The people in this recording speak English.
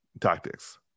tactics